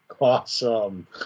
awesome